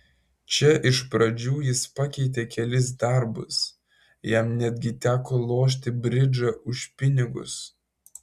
čia iš pradžių jis pakeitė kelis darbus jam netgi teko lošti bridžą už pinigus